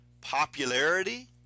popularity